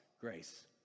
grace